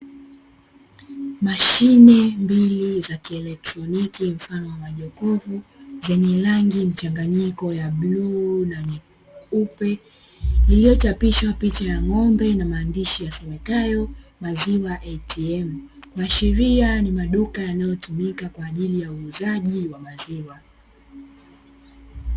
Mashine mbili za kielektroniki mfano wa majokofu, zenye rangi mchanganyiko ya bluu na nyeupe, iliyochapishwa picha ya ng'ombe na maandishi yasomekayo "maziwa ATM", kuashiria ni maduka yanayotumika kwa ajili ya uuzaji wa maziwa.